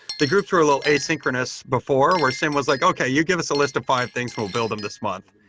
the groups were a little asynchronous before where sim was like, okay, you give us a list of five things and we'll build them this month.